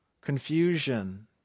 confusion